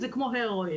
זה כמו הרואין.